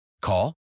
Call